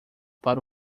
para